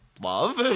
love